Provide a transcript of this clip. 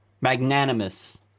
magnanimous